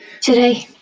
today